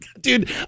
dude